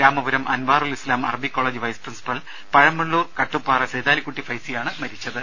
Ramapuram Anwarul Islam Arabic college vice principal Pazhamallur Kattuppara Saithalikutty ഫൈസിയാണ് മരിച്ചത്